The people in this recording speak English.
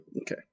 Okay